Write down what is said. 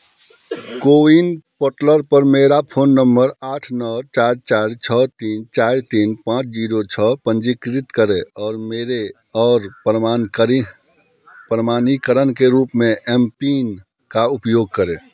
CoWIN portal पर मेरा phone number आठ नौ चार चार छः तीन चार तीन पाँच जीरो छः पंजीकृत करें और मेरे और प्रमाणकरींह प्रमाणीकरण के रूप में एमपिन का उपयोग करें